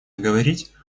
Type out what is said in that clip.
говорить